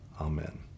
amen